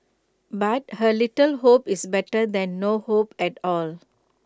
but A little hope is better than no hope at all